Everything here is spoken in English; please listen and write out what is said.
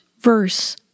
verse